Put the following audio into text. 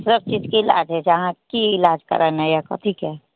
सब चीजके इलाज होइ छै अहाँ की इलाज कराना यै कथीके